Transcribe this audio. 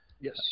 Yes